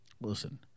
Listen